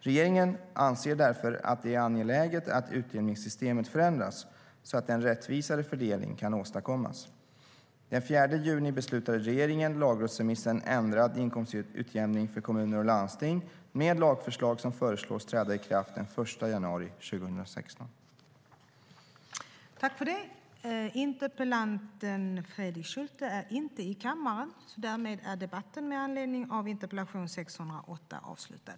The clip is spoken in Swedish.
Regeringen anser därför att det är angeläget att utjämningssystemet förändras så att en rättvisare fördelning kan åstadkommas. Den 4 juni beslutade regeringen om lagrådsremissen Ändrad inkomstutjämning för kommuner och landsting med lagförslag som föreslås träda i kraft den 1 januari 2016. Tredje vice talmannen konstaterade att interpellanten inte var närvarande i kammaren och förklarade överläggningen avslutad.